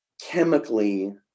chemically